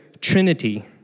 Trinity